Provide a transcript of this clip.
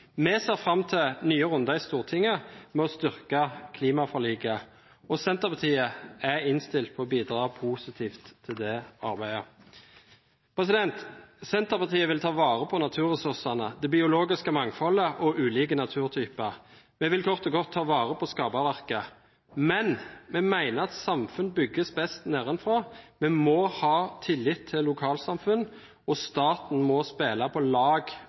Vi ser fram til nye runder i Stortinget med å styrke klimaforliket, og Senterpartiet er innstilt på å bidra positivt til det arbeidet. Senterpartiet vil ta vare på naturressursene, det biologiske mangfoldet og ulike naturtyper. Vi vil kort og kort ta vare på skaperverket. Men vi mener at samfunn bygges best nedenfra. Vi må ha tillit til lokalsamfunn, og staten må spille på lag